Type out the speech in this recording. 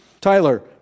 Tyler